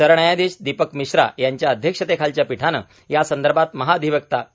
सरन्यायाधीश दीपक मिश्रा यांच्या अध्यक्षतेखालच्या पीठानं यासंदर्भात महाधिवक्ता के